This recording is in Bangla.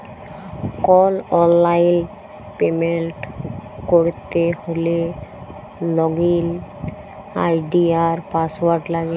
কল অললাইল পেমেল্ট ক্যরতে হ্যলে লগইল আই.ডি আর পাসঅয়াড় লাগে